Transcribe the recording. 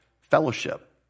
fellowship